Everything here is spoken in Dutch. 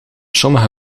sommige